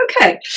Okay